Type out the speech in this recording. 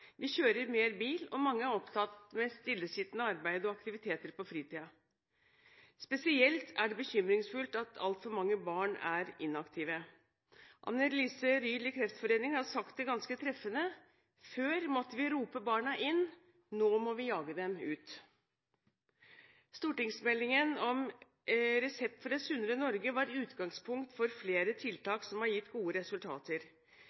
og aktiviteter på fritiden. Spesielt er det bekymringsfullt at altfor mange barn er inaktive. Anne Lise Ryel i Kreftforeningen har sagt det ganske treffende: Før måtte vi rope barna inn, nå må vi jage dem ut. Stortingsmeldingen Resept for et sunnere Norge var utgangspunkt for flere